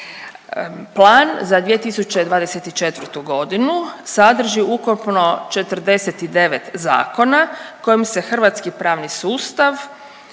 Plan za 2024. godinu sadrži ukupno 49 zakona kojim se hrvatski pravni sustav